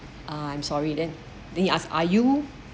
uh I'm sorry then the ask are you